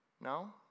No